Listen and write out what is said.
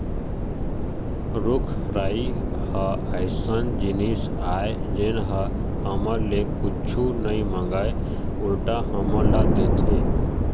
रूख राई ह अइसन जिनिस आय जेन ह हमर ले कुछु नइ मांगय उल्टा हमन ल देथे